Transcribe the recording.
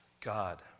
God